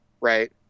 right